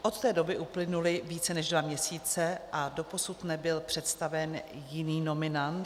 Od té doby uplynuly více než dva měsíce a doposud nebyl představen jiný nominant.